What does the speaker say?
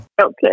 Okay